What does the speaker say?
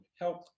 help